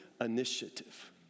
initiative